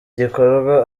gikorwa